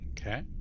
Okay